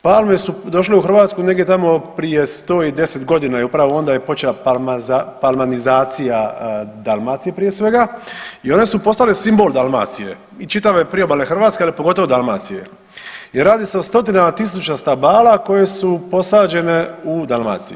Palme su došle u Hrvatsku negdje tamo prije 110 godina i upravo onda je počela palmanizacija Dalmacije prije svega i one su postale simbol Dalmacije i čitave priobalne Hrvatske, ali pogotovo Dalmacije i radi se o stotinama tisuća stabala koje su posađene u Dalmaciji.